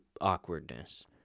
awkwardness